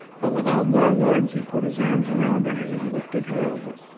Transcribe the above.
but without more words he put his arms round her, and lifted her over.